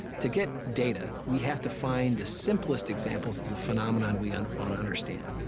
to get data, we have to find the simplest examples of the phenomenon we and want to understand.